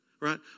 right